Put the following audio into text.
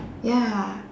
ya